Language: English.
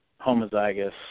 homozygous